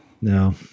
no